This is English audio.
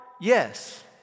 Yes